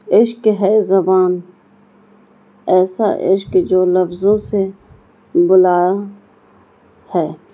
عشق ہے زبان ایسا عشق کہ جو لفظوں سے بلایا ہے